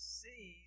see